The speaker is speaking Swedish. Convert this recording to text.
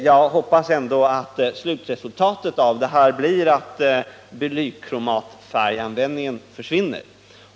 Jag hoppas ändå att slutresultatet av detta blir att blykromatfärganvändningen försvinner.